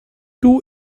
two